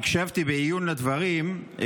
הקשבתי בעיון לדברים.